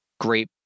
great